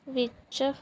ਵਿੱਚ